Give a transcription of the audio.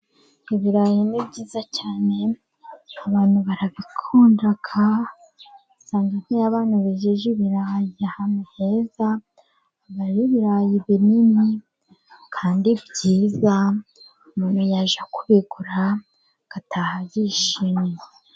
Ibirayi ni byiza cyane. Abantu barabikunda usanga nk'iyo abantu bejeje ibirayi ahantu heza, aba ari ibirayi binini kandi byiza, umuntu yajya kubigura agataha yishimye.